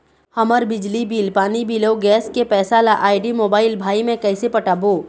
हमर बिजली बिल, पानी बिल, अऊ गैस के पैसा ला आईडी, मोबाइल, भाई मे कइसे पटाबो?